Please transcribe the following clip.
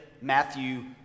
matthew